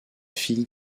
fille